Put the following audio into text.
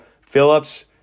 Phillips